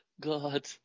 god